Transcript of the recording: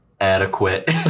adequate